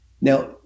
now